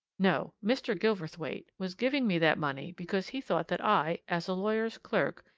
no! mr. gilverthwaite was giving me that money because he thought that i, as a lawyer's clerk,